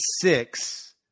Six